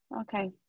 okay